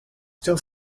still